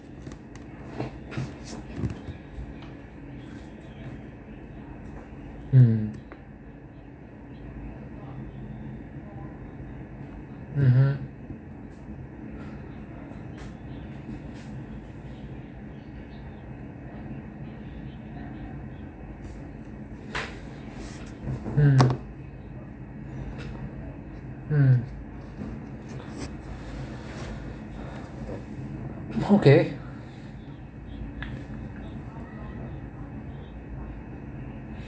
um mmhmm um um okay